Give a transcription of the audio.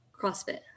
crossfit